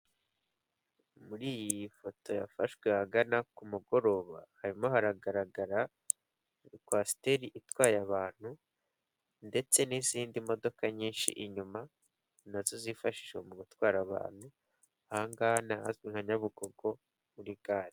Muri iyi foto yafashwe ahagana ku mugoroba hari haragaragaraq kwasiteri itwaye abantu ndetse n'izindi modoka nyinshi inyuma nazo zifashishwa mu gutwara abantu hano hazwi nka Nyabugogo muri gare.